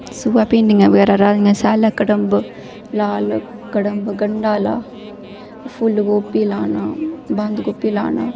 सोहै भिंडियां बगैरा लानियां स्यालै कड़म लाल कड़म गंडें आह्ला फुल्ल गोबी लाना बंदगोबी लाना